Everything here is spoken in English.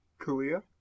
Kalia